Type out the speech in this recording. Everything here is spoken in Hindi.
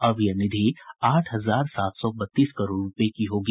अब यह निधि आठ हजार सात सौ बत्तीस करोड़ रूपये की होगी